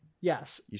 Yes